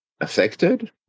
affected